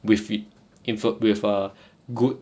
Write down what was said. with it info with a good